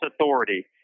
authority